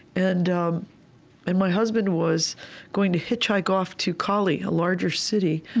and um and my husband was going to hitchhike off to cali, a larger city,